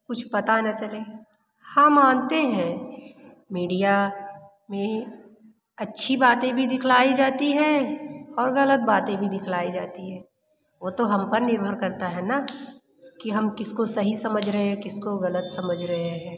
कुछ पता ना चले हाँ मानते हैं मीडिया में अच्छी बातें भी दिखलाई जाती हैं और ग़लत बातें भी दिखलाई जाती हैं वो तो हम पर निर्भर करता है ना कि हम किसको सही समझ रहे हैं किसको ग़लत समझ रहे हैं